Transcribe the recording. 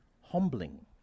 humbling